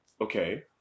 Okay